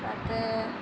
তাতে